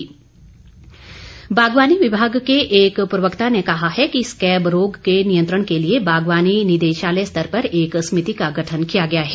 scab बागवानी विभाग के एक प्रवक्ता ने कहा है कि स्कैब रोग के नियंत्रण के लिए बागवानी निदेशालय स्तर पर एक समिति का गठन किया गया है